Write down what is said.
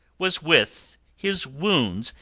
was with his wounds,